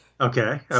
Okay